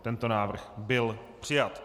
Tento návrh byl přijat.